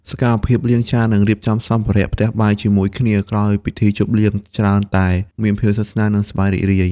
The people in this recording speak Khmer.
សកម្មភាពលាងចាន និងរៀបចំសម្ភារៈផ្ទះបាយជាមួយគ្នាក្រោយពិធីជប់លៀង ច្រើនតែមានភាពស្និទ្ធស្នាល និងសប្បាយរីករាយ។